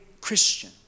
Christian